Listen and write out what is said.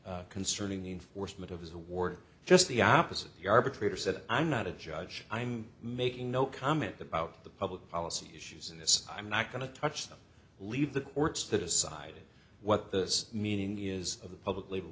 policy concerning the enforcement of his award just the opposite the arbitrator said i'm not a judge i'm making no comment about the public policy issues in this i'm not going to touch them leave the courts to decide what this meaning is of the public labor